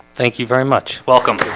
thank you very much. welcome